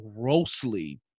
grossly